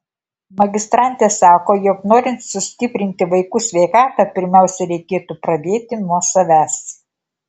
magistrantė sako jog norint sustiprinti vaikų sveikatą pirmiausia reikėtų pradėti nuo savęs